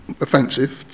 offensive